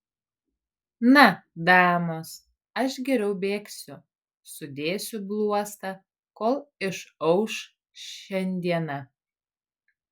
na damos aš geriau bėgsiu sudėsiu bluostą kol išauš šiandiena